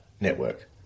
network